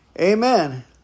Amen